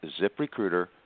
ZipRecruiter